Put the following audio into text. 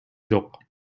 жок